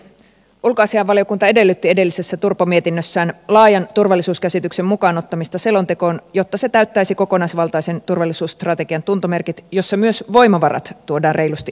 ulkoasiainvaliokunta edellytti edellisessä turpomietinnössään laajan turvallisuuskäsityksen mukaan ottamista selontekoon jotta se täyttäisi kokonaisvaltaisen turvallisuusstrategian tuntomerkit joissa myös voimavarat tuodaan reilusti esiin